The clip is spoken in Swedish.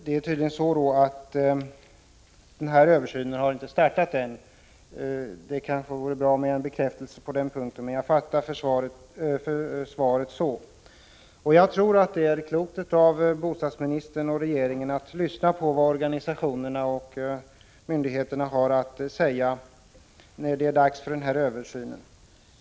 Det är tydligen så att översynen inte har startat ännu. Det vore kanske bra med en bekräftelse på den punkten, men jag har alltså uppfattat svaret så. Jag tror att det är klokt av bostadsministern och regeringen att lyssna på vad organisationerna och myndigheterna har att säga när det är dags för denna översyn.